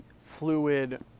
fluid